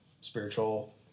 spiritual